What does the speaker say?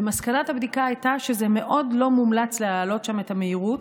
ומסקנות הבדיקה הייתה שזה מאוד לא מומלץ להעלות שם את המהירות,